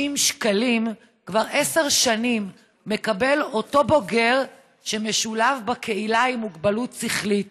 כבר עשר שנים מקבל אותו בוגר שמשולב בקהילה עם מוגבלות שכלית